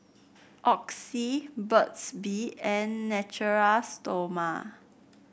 Oxy Burt's Bee and Natura Stoma